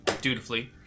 dutifully